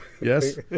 Yes